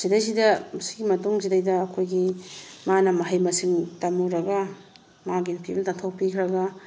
ꯁꯤꯗꯩꯁꯤꯗ ꯁꯤꯒꯤ ꯃꯇꯨꯡꯁꯤꯗꯩꯗ ꯑꯩꯈꯣꯏꯒꯤ ꯃꯥꯅ ꯃꯍꯩ ꯃꯁꯤꯡ ꯇꯝꯃꯨꯔꯒ ꯃꯥꯒꯤ ꯅꯨꯄꯤꯕꯨ ꯇꯥꯟꯊꯣꯛꯄꯤꯈ꯭ꯔꯒ